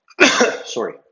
Sorry